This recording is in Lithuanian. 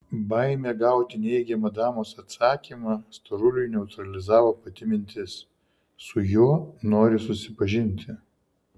baimė gauti neigiamą damos atsakymą storuliui neutralizavo pati mintis su juo nori susipažinti